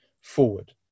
forward